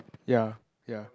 ya ya